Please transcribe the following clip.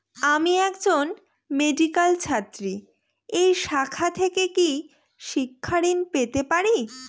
আমি একজন মেডিক্যাল ছাত্রী এই শাখা থেকে কি শিক্ষাঋণ পেতে পারি?